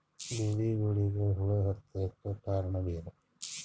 ಬೆಳಿಗೊಳಿಗ ಹುಳ ಆಲಕ್ಕ ಕಾರಣಯೇನು?